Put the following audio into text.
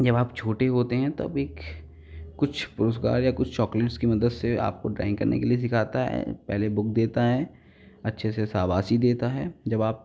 जब आप छोटे होते हैं तब एक कुछ रोज़गार या कुछ चॉकलेट्स की मदद से आपको ड्राइंग करने के लिए सिखाता है पहले बुक देता है अच्छे से शाबाशी देता है जब आप